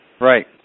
Right